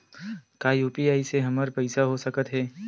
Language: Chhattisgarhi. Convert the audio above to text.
का यू.पी.आई से हमर पईसा हो सकत हे?